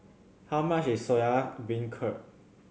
how much is Soya Beancurd